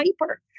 hyper